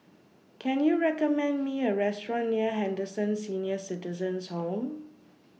Can YOU recommend Me A Restaurant near Henderson Senior Citizens' Home